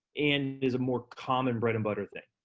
and is a more common bread and butter thing.